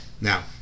Now